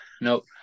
nope